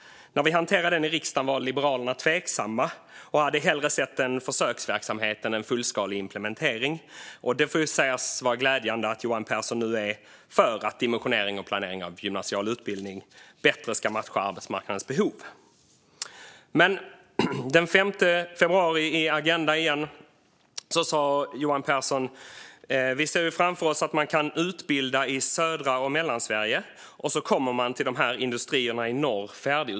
När vi hanterade den i riksdagen var Liberalerna tveksamma och hade hellre sett en försöksverksamhet än en fullskalig implementering. Det får sägas vara glädjande att Johan Pehrson nu är för att dimensionering och planering av gymnasial utbildning bättre ska matcha arbetsmarknadens behov. Men den 5 februari sa Johan Pehrson i Agenda att man ser framför sig att människor kan utbildas i södra och mellersta Sverige och att människor kommer färdigutbildade till industrierna i norr.